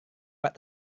pak